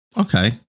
Okay